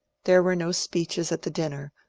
there were no speeches at the dinner,